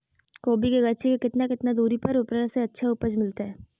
कोबी के गाछी के कितना कितना दूरी पर रोपला से अच्छा उपज मिलतैय?